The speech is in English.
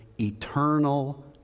eternal